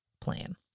plan